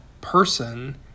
person